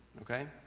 Okay